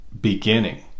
beginning